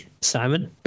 Simon